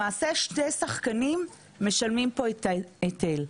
למעשה שני שחקנים משלמים את ההיטל,